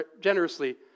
generously